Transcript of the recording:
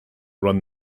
run